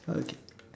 okay